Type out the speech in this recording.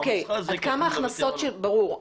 ברור.